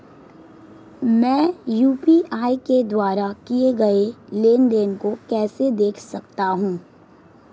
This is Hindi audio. मैं यू.पी.आई के द्वारा किए गए लेनदेन को कैसे देख सकता हूं?